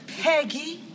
Peggy